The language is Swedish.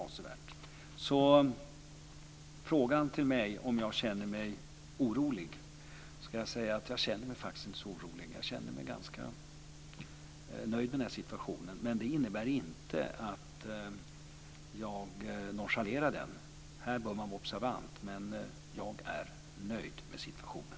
På frågan till mig om jag känner mig orolig kan jag svara att jag faktiskt inte känner mig så orolig, utan jag känner mig ganska nöjd med den här situation. Men det innebär inte att jag nonchalerar den. Här bör man vara observant. Jag är dock, som sagt, nöjd med situationen.